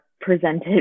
presented